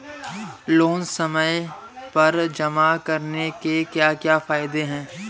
Loan समय पर जमा कराने के क्या फायदे हैं?